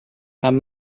and